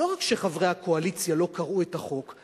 לא רק שחברי הקואליציה לא קראו את החוק,